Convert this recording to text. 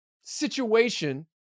situation